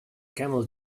camel